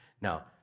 Now